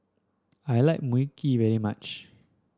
I like Mui Kee very much